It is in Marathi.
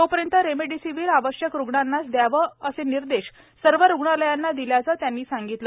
तोपर्यंत रेमडेसिवीर आवश्यक रुग्णांनाच दयावं असे निर्देश सर्व रुग्णालयांना दिल्याचं त्यांनी सांगितलं